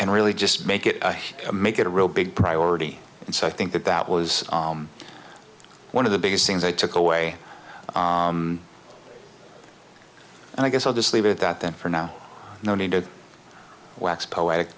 and really just make it make it a real big priority and so i think that that was one of the biggest things i took away and i guess i'll just leave it at that then for now no need to wax poetic